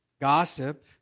Gossip